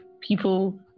people